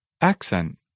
Accent